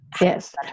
Yes